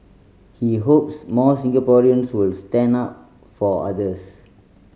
he hopes more Singaporeans will stand up for others